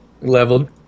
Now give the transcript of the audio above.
Leveled